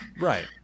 Right